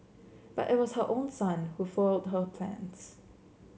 but it was her own son who foiled her plans